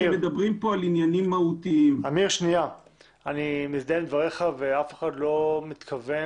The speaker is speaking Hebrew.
אף אחד לא מתכוון